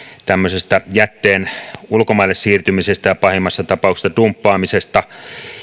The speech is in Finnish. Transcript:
tämmöisestä jätteen ulkomaille siirtymisestä ja pahimmassa tapauksessa dumppaamisesta